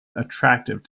attractive